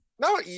No